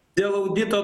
dėl audito